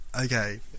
okay